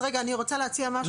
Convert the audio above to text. אני רוצה להציע משהו.